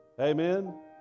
Amen